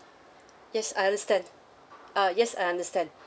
yes I understand uh yes I understand